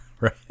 Right